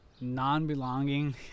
non-belonging